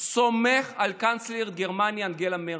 סומך על קנצלרית גרמניה אנגלה מרקל.